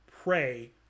pray